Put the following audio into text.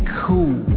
cool